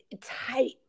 tight